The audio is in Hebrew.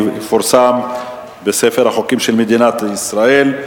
ויפורסם בספר החוקים של מדינת ישראל.